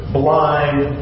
blind